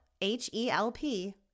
H-E-L-P